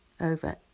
over